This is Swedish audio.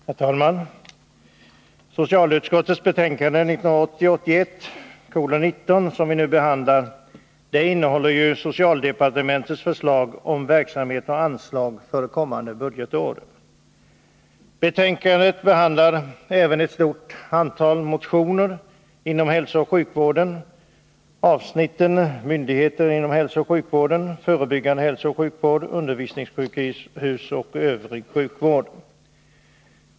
Herr talman! Socialutskottets betänkande 1980/81:19, som vi nu behandlar, innehåller socialdepartementets förslag om verksamhet och anslag för kommande budgetår. Betänkandet behandlar även ett stort antal motioner inom hälsooch sjukvården, avsnitten Myndigheter inom hälsooch sjukvården, Förebyggande hälsooch sjukvård, Undervisningssjukhus samt Övrig sjukvård.